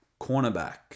cornerback